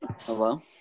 Hello